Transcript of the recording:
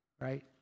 right